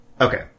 Okay